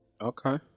Okay